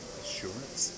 assurance